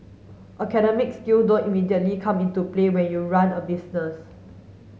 academic skill don't immediately come into play when you run a business